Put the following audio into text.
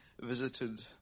visited